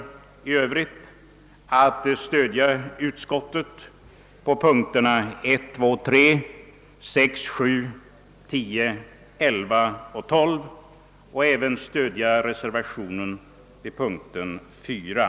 Jag yrkar även bifall lill reservationen IV. I övrigt yrkar jag bifall till utskottets hemställan.